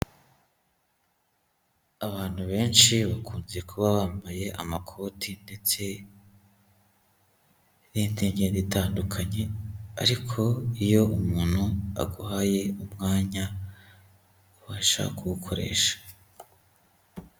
Abantu benshi bakunze kuba bambaye amakoti, ndetse n'indi myenda itandukanye, ariko iyo umuntu aguhaye umwanya ubasha kuwukoresha.